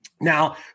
Now